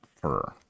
fur